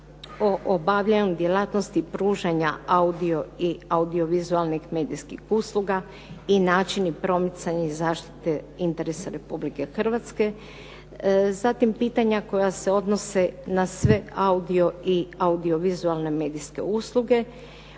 o obavljanju djelatnosti pružanja audio i audiovizualnih medijskih usluga i načini promicanja i zaštite interesa Republike Hrvatske. Zatim pitanja koja se odnose na sve audio i audiovizualne medijske usluge,